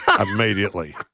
immediately